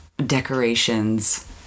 decorations